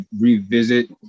revisit